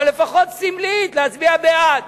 אבל לפחות סמלית, להצביע בעד.